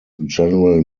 general